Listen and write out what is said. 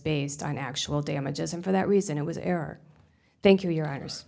based on actual damages and for that reason it was error thank you your honors